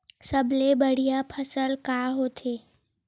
सबले बढ़िया फसल का होथे?